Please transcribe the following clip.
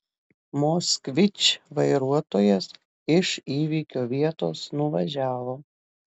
moskvič vairuotojas iš įvykio vietos nuvažiavo